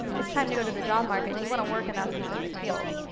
it's time to go to the job market, and you wanna work in that specific field.